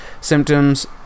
symptoms